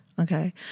Okay